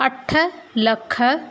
अठ लख